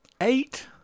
Eight